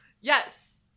Yes